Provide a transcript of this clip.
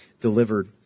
delivered